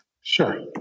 Sure